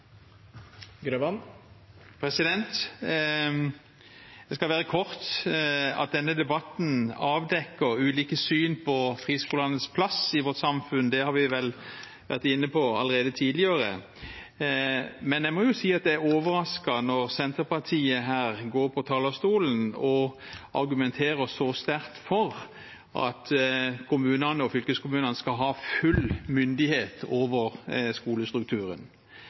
Jeg skal være kort. At denne debatten avdekker ulike syn på friskolenes plass i vårt samfunn, har vi vel vært inne på allerede tidligere. Men jeg må si at jeg er overrasket når Senterpartiet går på talerstolen og argumenterer så sterkt for at kommunene og fylkeskommunene skal ha full myndighet over skolestrukturen.